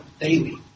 daily